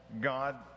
God